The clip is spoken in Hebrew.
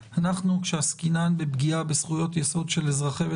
כשעסקינן בפגיעה בזכויות-יסוד של אזרחי ישראל